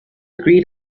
agree